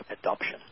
adoption